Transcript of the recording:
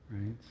Right